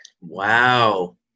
Wow